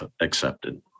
accepted